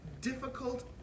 difficult